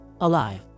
alive